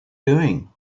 doing